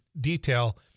detail